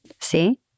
See